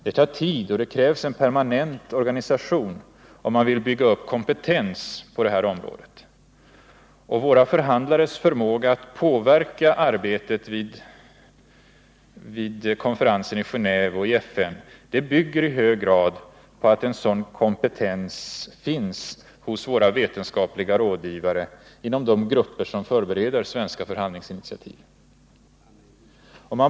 Det tar tid och krävs en permanent organisation om man vill bygga upp kompetens på detta område. Våra förhandlares förmåga att påverka arbetet vid konferensen i Genéve och i FN bygger i hög grad på att sådan kompetens finns hos våra vetenskapliga rådgivare inom de grupper som förbereder svenska förhandlingsinitiativ.